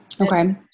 Okay